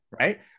Right